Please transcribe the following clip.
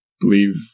believe